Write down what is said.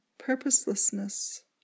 purposelessness